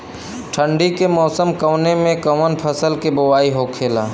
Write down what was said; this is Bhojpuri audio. ठंडी के मौसम कवने मेंकवन फसल के बोवाई होखेला?